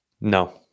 No